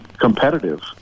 competitive